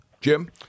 Jim